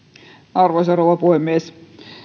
arvoisa rouva puhemies